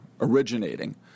originating